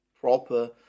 proper